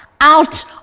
out